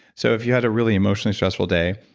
so if you had a really emotionally stressful day,